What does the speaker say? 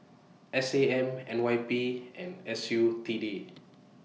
S A M N Y P and S U T D